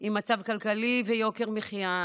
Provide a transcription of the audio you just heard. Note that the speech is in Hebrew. עם המצב הכלכלי ויוקר המחיה,